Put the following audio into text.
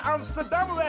Amsterdam